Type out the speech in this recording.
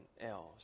else